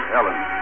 Ellen